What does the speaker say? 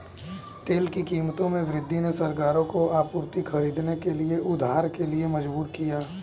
तेल की कीमतों में वृद्धि ने सरकारों को आपूर्ति खरीदने के लिए उधार के लिए मजबूर किया